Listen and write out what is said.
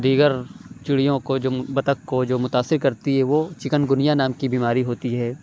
دیگر چڑیوں کو جو بطخ کو جو متأثر کرتی ہے وہ چکن گُنیا نام کی بیماری ہوتی ہے